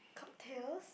cocktails